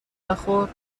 نخور